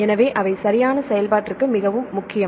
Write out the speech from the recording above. எனவே அவை சரியான செயல்பாட்டுக்கு மிகவும் முக்கியம்